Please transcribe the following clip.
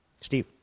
Steve